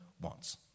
wants